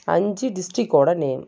அஞ்சு டிஸ்டிக்கோட நேம்